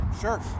Sure